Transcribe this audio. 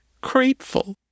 grateful